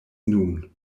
nun